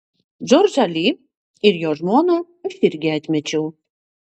džordžą li ir jo žmoną aš irgi atmečiau